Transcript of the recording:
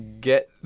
get